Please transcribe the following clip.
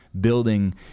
building